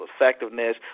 effectiveness